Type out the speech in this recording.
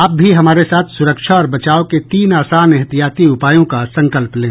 आप भी हमारे साथ सुरक्षा और बचाव के तीन आसान एहतियाती उपायों का संकल्प लें